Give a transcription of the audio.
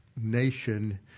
nation